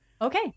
Okay